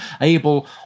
able